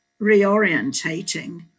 reorientating